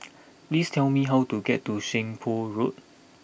please tell me how to get to Seng Poh Road